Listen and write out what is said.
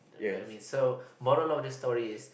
so moral of the story is